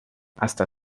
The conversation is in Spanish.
hasta